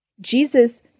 Jesus